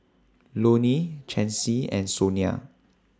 Lonny Chancey and Sonia